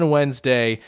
Wednesday